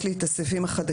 יש לי את הסעיפים החדשים.